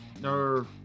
No